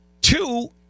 Two